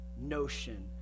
notion